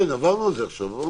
עברנו על זה עכשיו,